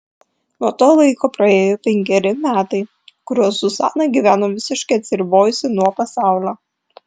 nuo to laiko praėjo penkeri metai kuriuos zuzana gyveno visiškai atsiribojusi nuo pasaulio